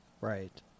Right